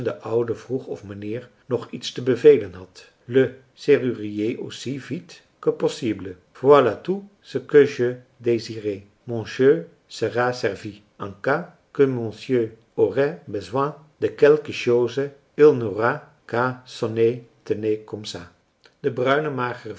vroeg of mijnheer nog iets te bevelen had le